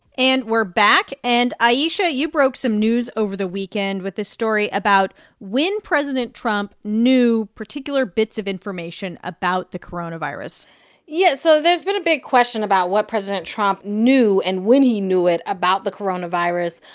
and we're back. and, ayesha, you broke some news over the weekend with this story about when president trump knew particular bits of information about the coronavirus yeah, so there's been a big question about what president trump knew and when he knew it about the coronavirus.